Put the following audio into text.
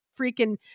freaking